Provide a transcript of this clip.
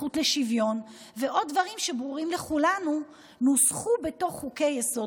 הזכות לשוויון ועוד דברים שברורים לכולנו נוסחו בתוך חוקי-יסוד,